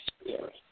Spirit